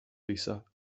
lisa